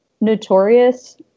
notorious